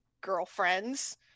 girlfriends